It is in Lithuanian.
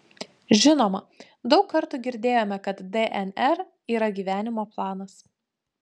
žinoma daug kartų girdėjome kad dnr yra gyvenimo planas